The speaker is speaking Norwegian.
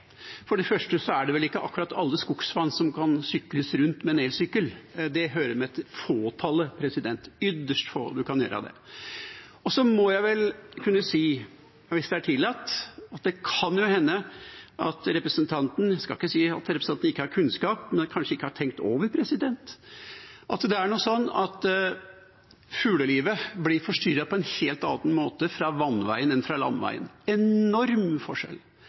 For det første er det vel ikke akkurat alle skogsvann som kan sykles rundt med en elsykkel, det hører med til fåtallet – ytterst få man kan gjøre det rundt. Så må jeg vel kunne si, hvis det er tillatt, at det kan hende at representanten – jeg skal ikke si at hun ikke har kunnskap – kanskje ikke har tenkt over at fuglelivet blir forstyrret på en helt annen måte fra vannveien enn fra landeveien, det er enorm forskjell.